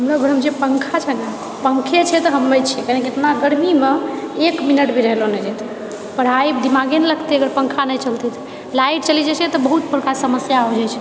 हमरो घरमे जे पङ्खा छै नहि पङ्खे छै तऽ हमे छिए इतना गर्मीमे एक मिनट भी रहलो नहि जेतए पढ़ाइमे दिमागे नहि लगतै अगर पङ्खा नहि चलतै तऽ लाइट चलि जाइत छै तऽ बहुत बड़का समस्या हो जाइत छै